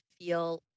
feel